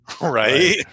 right